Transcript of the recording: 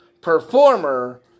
performer